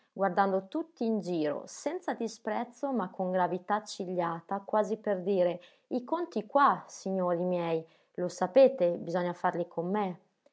guardando tutti in giro senza disprezzo ma con gravità accigliata quasi per dire i conti qua signori miei lo sapete bisogna farli con me